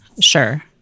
sure